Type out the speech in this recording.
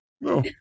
No